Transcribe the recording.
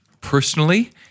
personally